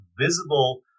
visible